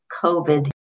covid